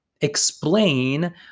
explain